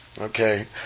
Okay